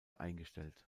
eingestellt